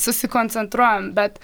susikoncentruojam bet